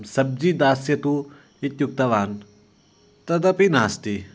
सब्जि दास्यतु इत्युक्तवान् तदपि नास्ति